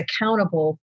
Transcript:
accountable